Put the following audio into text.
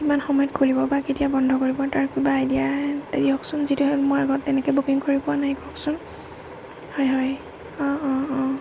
কিমান সময়ত খুলিব বা কেতিয়া বন্ধ কৰিব তাৰ কিবা আইডিয়া দিয়কচোন যিহেতু মই আগত তেনেকৈ বুকিং কৰি পোৱা নাই কওকচোন হয় হয় অঁ অঁ অঁ